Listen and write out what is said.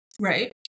right